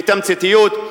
בתמציתיות: